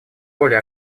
более